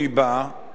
ואני יכול לומר,